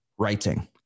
writing